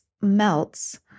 melts